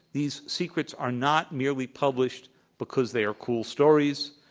these secrets are not merely published because they are cool stories.